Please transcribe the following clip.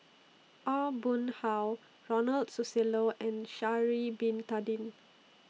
Aw Boon Haw Ronald Susilo and Sha'Ari Bin Tadin